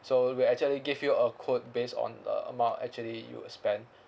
so we actually give you a quote based on the amount actually you will spend